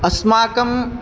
अस्माकम्